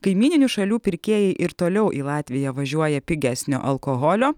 kaimyninių šalių pirkėjai ir toliau į latviją važiuoja pigesnio alkoholio